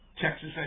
Texas